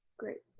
great.